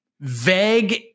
vague